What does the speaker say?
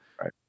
Right